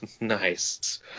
Nice